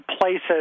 places